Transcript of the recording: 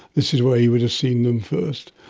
this is where he would have seen them first.